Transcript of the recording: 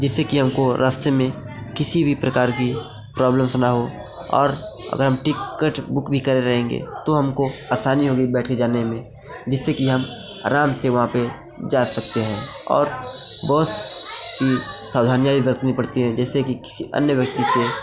जिससे कि हमको रास्ते में किसी भी प्रकार की प्रॉब्लम्स ना हो और अगर हम टिकट बुक भी करे रहेंगे तो हमको असानी होगी बैठ के जाने में जिससे कि हम आराम से वहाँ पर जा सकते हैं और बहुत सी सावधानियाँ भी बरतनी पड़ती हैं जैसे कि किसी अन्य व्यक्ति से